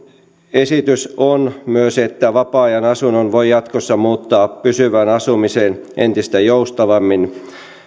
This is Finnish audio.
esitys on myös että vapaa ajan asunnon voi jatkossa muuttaa pysyvään asumiseen entistä joustavammin